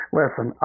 listen